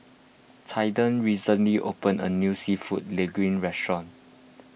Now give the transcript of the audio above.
Caiden recently opened a new Seafood Linguine restaurant